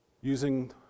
using